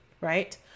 right